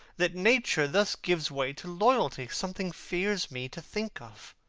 that nature thus gives way to loyalty, something fears me to think of.